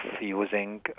using